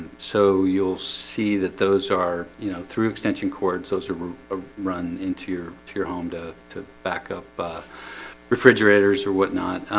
so you'll see that those are you know through extension cords those are run in to your to your home to to backup refrigerators or whatnot